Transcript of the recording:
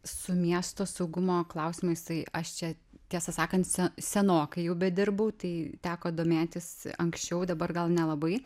su miesto saugumo klausimais tai aš čia tiesą sakant se senokai jau bedirbau tai teko domėtis anksčiau dabar gal nelabai